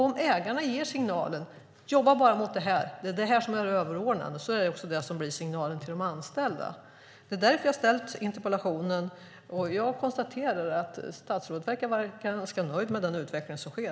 Om ägarna ger signalen "Jobba bara mot det här, som är det överordnade" är det också det som blir signalen till de anställda. Det är därför jag ställt interpellationen, och jag konstaterar att statsrådet verkar vara ganska nöjd med den utveckling som sker.